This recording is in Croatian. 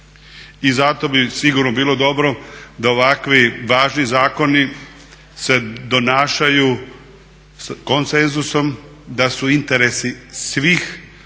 I zato bi sigurno bilo dobro da ovakvi važni zakoni se donašaju s konsenzusom, da su interesi svih